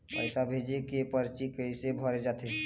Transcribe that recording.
पैसा भेजे के परची कैसे भरे जाथे?